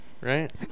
right